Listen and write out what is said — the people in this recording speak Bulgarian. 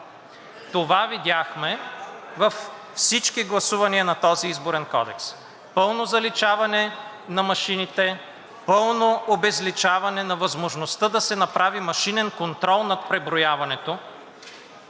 Това видяхме във всички гласувания на този Изборен кодекс – пълно заличаване на машините, пълно обезличаване на възможността да се направи машинен контрол над преброяването.